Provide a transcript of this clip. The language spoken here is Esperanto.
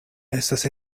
estas